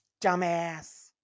dumbass